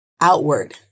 outward